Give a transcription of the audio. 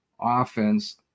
offense